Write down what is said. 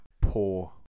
poor